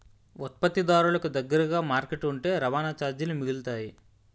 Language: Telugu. ఉత్పత్తిదారులకు దగ్గరగా మార్కెట్ ఉంటే రవాణా చార్జీలు మిగులుతాయి